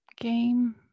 game